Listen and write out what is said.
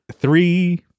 three